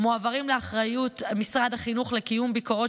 מועברים לאחריות משרד החינוך לקיום ביקורות